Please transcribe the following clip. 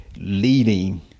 leading